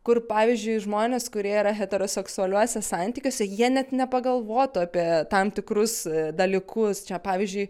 kur pavyzdžiui žmonės kurie yra heteroseksualiuose santykiuose jie net nepagalvotų apie tam tikrus dalykus čia pavyzdžiui